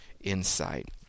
insight